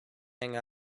hang